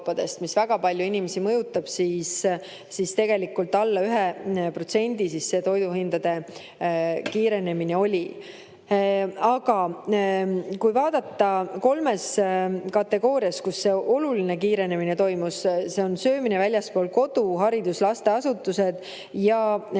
mis väga palju inimesi mõjutab, siis tegelikult alla 1% see toiduhindade [tõusu] kiirenemine oli. Aga kui vaadata kolme kategooriat, kus see oluline [hinnatõusu] kiirenemine toimus, siis need on söömine väljaspool kodu, haridus ja lasteasutused ning